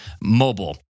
mobile